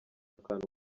akantu